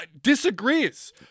disagrees